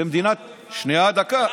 במדינת, אחד לא הפעלתם.